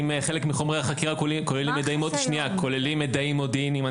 אם חלק מחומרי החקירה כוללים מידעים מודיעיניים.